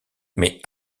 mais